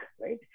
right